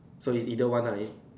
so it either one lah